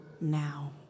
now